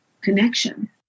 connection